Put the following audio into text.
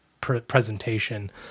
presentation